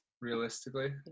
realistically